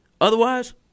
Otherwise